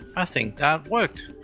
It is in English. i think that worked.